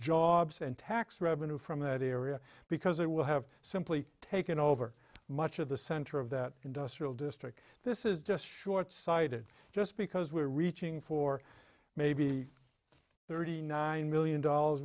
jobs and tax revenue from that area because it will have simply taken over much of the center of that industrial district this is just short sighted just because we're reaching for maybe thirty nine million dollars